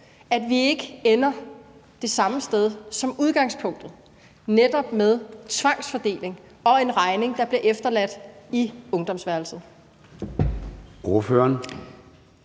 vi ikke det samme sted som udgangspunktet med netop tvangsfordeling og en regning, der bliver efterladt på ungdomsværelset.